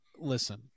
Listen